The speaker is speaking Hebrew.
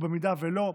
ואם לא,